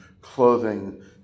clothing